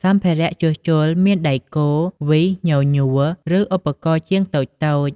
សម្ភារៈជួសជុល មានដែកគោល វីស ញញួរ ឬឧបករណ៍ជាងតូចៗ។